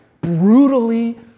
brutally